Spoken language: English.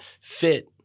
fit